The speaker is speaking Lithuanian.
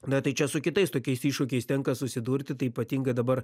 na tai čia su kitais tokiais iššūkiais tenka susidurti tai ypatingai dabar